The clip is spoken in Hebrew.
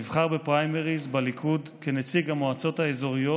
נבחר בפריימריז, בליכוד כנציג המועצות האזוריות,